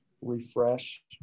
refresh